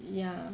ya